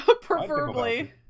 Preferably